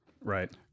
Right